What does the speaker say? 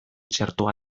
txertoa